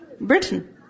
Britain